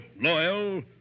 loyal